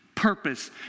purpose